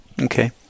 Okay